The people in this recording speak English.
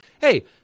Hey